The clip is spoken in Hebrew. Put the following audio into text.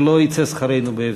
שלא יצא שכרנו בהפסדנו.